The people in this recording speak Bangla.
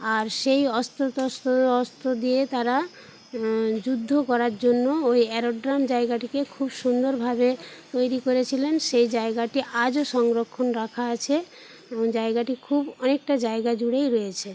আর সেই অস্ত্র টস্ত্র অস্ত্র দিয়ে তারা যুদ্ধ করার জন্য ওই অ্যারোড্রোম জায়গাটিকে খুব সুন্দরভাবে তৈরি করেছিলেন সেই জায়গাটি আজও সংরক্ষণ রাখা আছে এবং জায়গাটি খুব অনেকটা জায়গা জুড়েই রয়েছে